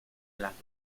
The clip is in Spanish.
las